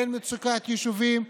אין מצוקת יישובים.